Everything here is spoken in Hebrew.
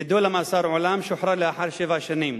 נידון למאסר עולם ושוחרר לאחר שבע שנים,